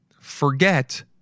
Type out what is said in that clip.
forget